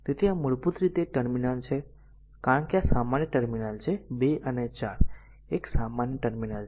તેથી આ મૂળભૂત રીતે ટર્મિનલ છે કારણ કે આ સામાન્ય ટર્મિનલ છે 2 અને 4 એક સામાન્ય ટર્મિનલ છે